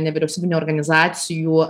nevyriausybinių organizacijų